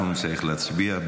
אנחנו נצטרך להצביע.